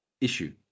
issue